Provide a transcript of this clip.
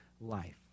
life